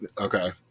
Okay